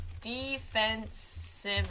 defensive